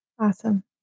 Awesome